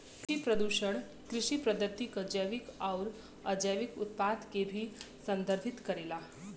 कृषि प्रदूषण कृषि पद्धति क जैविक आउर अजैविक उत्पाद के भी संदर्भित करेला